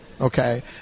okay